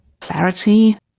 clarity